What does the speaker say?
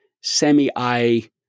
semi-eye